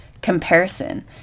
comparison